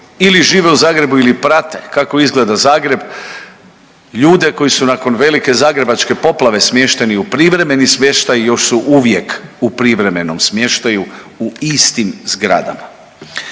ili žive u Zagrebu ili prate kako izgleda Zagreb ljude koji su nakon velike zagrebačke poplave smješteni u privremeni smještaj i još su uvijek u privremenom smještaju u istim zgradama.